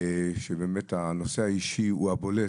כשבאמת הנושא האישי הוא הבולט: